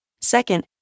Second